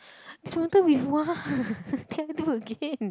so wonder you want cannot do again